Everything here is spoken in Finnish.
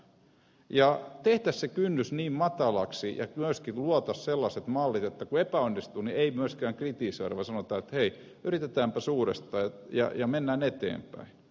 tehtäisiin se kynnys niin matalaksi ja myöskin luotaisiin sellaiset mallit että kun epäonnistuu niin ei myöskään kritisoida vaan sanotaan että hei yritetäänpäs uudistetaan ja mennään eteenpäin